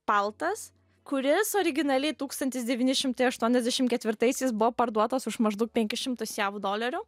paltas kuris originaliai tūkstantis devyni šimtai aštuoniasdešim ketvirtaisiais buvo parduotas už maždaug penkis šimtus jav dolerių